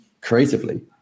creatively